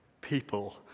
people